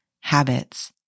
habits